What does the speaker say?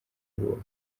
ubuntu